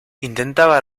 intentaba